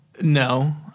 No